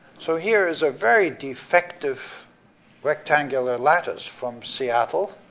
so here is a very defective rectangular lattice, from seattle.